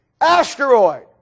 Asteroid